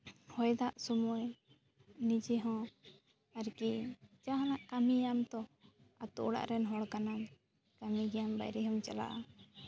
ᱦᱚᱭ ᱫᱟᱜ ᱥᱚᱢᱚᱭ ᱱᱤᱡᱮ ᱦᱚᱸ ᱟᱨᱠᱤ ᱡᱟᱦᱟᱱᱟᱜ ᱠᱟᱹᱢᱤᱭᱟᱢ ᱛᱚ ᱟᱛᱳ ᱚᱲᱟᱜ ᱨᱮᱱ ᱦᱚᱲ ᱠᱟᱱᱟᱢ ᱠᱟᱹᱢᱤ ᱜᱮᱭᱟᱢ ᱵᱟᱭᱨᱮ ᱦᱚᱸᱢ ᱪᱟᱞᱟᱜᱼᱟ